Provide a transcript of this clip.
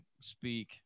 speak